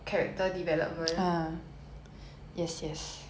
alright moving on